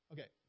Okay